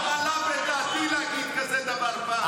לא עלה בדעתי להגיד דבר כזה פעם.